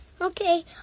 Okay